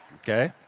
okay.